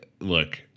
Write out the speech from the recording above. look